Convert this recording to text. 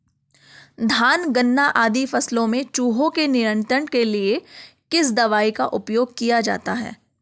धान गन्ना आदि फसलों में चूहों के नियंत्रण के लिए किस दवाई का उपयोग किया जाता है?